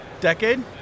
Decade